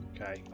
Okay